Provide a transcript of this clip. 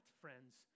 friends